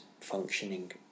functioning